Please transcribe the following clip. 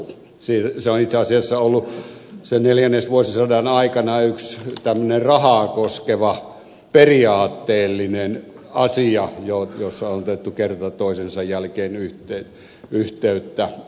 se on itse asiassa ollut sen neljännesvuosisadan aikana yksi tämmöinen rahaa koskeva periaatteellinen asia jossa on otettu kerta toisensa jälkeen yhteyttä